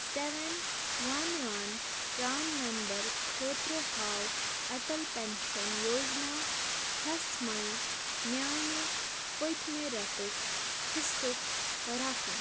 seven one one پرٛان number خٲطرٕ ہاو اَٹل پیٚنشیٚن یوجنا ہَس مَنٛز میٛانہِ پٔتمہِ ریٚتُک حصُک رقم